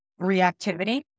reactivity